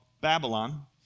Babylon